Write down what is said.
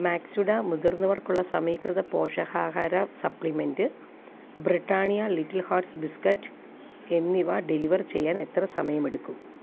മാക്സ്വിട മുതിർന്നവർക്കുള്ള സമീകൃത പോഷകാഹാര supplement Britannia Little Hearts biscuit എന്നിവ ഡെലിവർ ചെയ്യാൻ എത്ര സമയമെടുക്കും